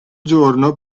giorno